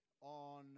on